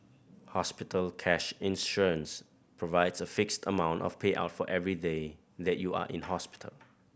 hospital cash insurance provides a fixed amount of payout for every day that you are in hospital